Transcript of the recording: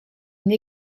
une